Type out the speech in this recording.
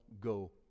go